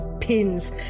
pins